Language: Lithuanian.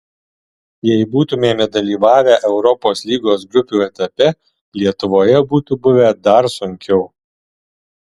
jei būtumėme dalyvavę europos lygos grupių etape lietuvoje būtų buvę dar sunkiau